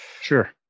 Sure